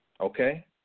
okay